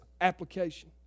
application